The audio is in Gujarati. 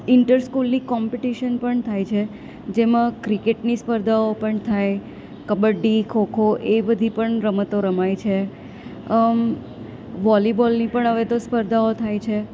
ઇન્ટરસ્કૂલ લીગ કોંપિટિશન પણ થાય છે જેમાં ક્રિકેટની સ્પર્ધાઓ પણ થાય કબડ્ડી ખોખો એ બધી રમતો પણ રમાય છે વોલીબૉલની પણ હવે તો સ્પર્ધાઓ થાય છે